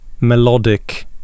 melodic